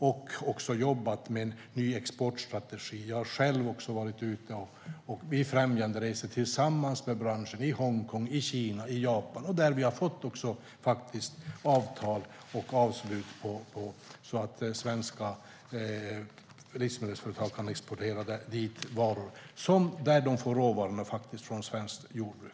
Vi har också jobbat med en ny exportstrategi, och jag har själv varit på befrämjande resor tillsammans med branschen i Hongkong, Kina och Japan, och vi har fått avtal och avslut så att svenska livsmedelsföretag kan exportera varor dit så att de faktiskt får råvaror från svenskt jordbruk.